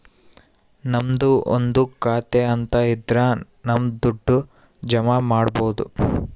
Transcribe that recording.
ನಮ್ದು ಒಂದು ಖಾತೆ ಅಂತ ಇದ್ರ ನಮ್ ದುಡ್ಡು ಜಮ ಮಾಡ್ಬೋದು